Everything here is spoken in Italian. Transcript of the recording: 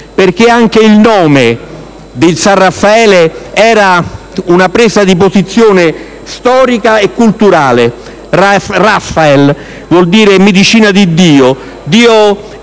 perché anche il nome del San Raffaele era una presa di posizione storica e culturale. Ricordo che Raphael vuol dire medicina di Dio, Dio